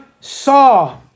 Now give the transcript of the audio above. saw